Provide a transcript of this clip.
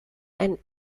and